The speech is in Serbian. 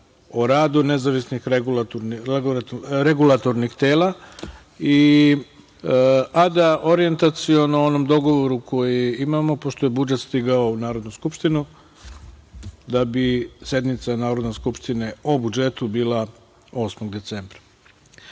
o radu nezavisnih regulatornih tela, a da orijentaciono o onom dogovoru koji imamo, pošto je budžet stigao u Narodnu skupštinu, da bi sednice Narodne skupštine o budžetu bila 8.